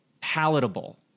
palatable